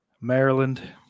Maryland